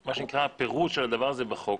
מה שנקרא, פירוש של הדבר הזה בחוק.